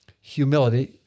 Humility